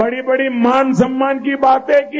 बड़ी बड़ी मान सम्मान की बातें की